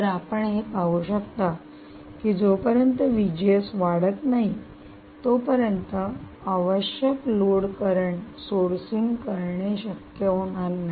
तर आपण हे पाहू शकता की जोपर्यंत वाढतं नाही तोपर्यंत आवश्यक लोड करंट सोर्सिंग करणे शक्य होणार नाही